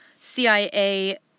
CIA